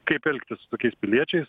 kaip elgtis su tokiais piliečiais